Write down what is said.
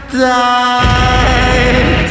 die